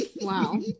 Wow